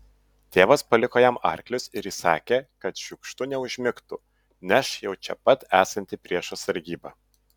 tėvas paliko jam arklius ir įsakė kad šiukštu neužmigtų neš jau čia pat esanti priešo sargyba